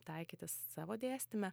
taikyti savo dėstyme